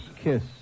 Kiss